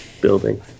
building